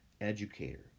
educator